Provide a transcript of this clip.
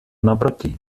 naproti